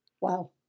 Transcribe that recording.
Wow